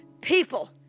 People